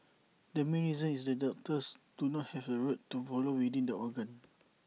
the main reason is that doctors do not have A route to follow within the organ